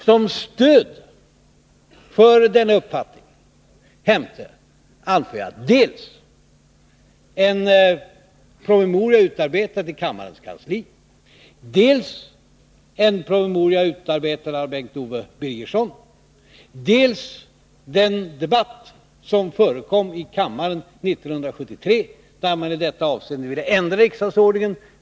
Som stöd för denna uppfattning vill jag anföra dels en promemoria utarbetad i kammarens kansli, dels en promemoria utarbetad av Bengt Owe Birgersson, dels den debatt som förekom i kammaren 1973 då man i detta avseende ville ändra riksdagsordningen.